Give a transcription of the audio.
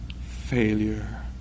Failure